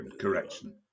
correction